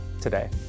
today